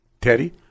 Teddy